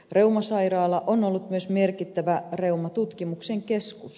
reumasairaala on ollut myös merkittävä reumatutkimuksen keskus